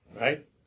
Right